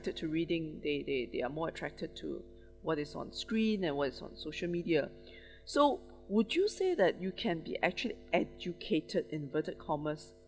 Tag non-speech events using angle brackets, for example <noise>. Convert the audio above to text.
~ted to reading they they they are more attracted to what they saw on screen and what they saw on social media <breath> so would you say that you can be actually educated inverted commas